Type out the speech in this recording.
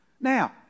Now